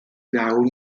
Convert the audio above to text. nawr